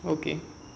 okay